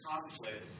conflict